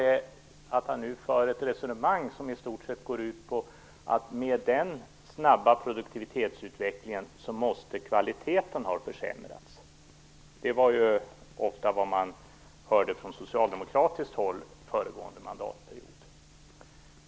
Nu för han ett resonemang som i stort sett går ut på att med den snabba produktivitetsutvecklingen måste kvaliteten ha försämrats. Det var vad man ofta hörde från socialdemokratiskt håll föregående mandatperiod.